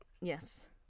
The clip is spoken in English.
Yes